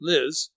Liz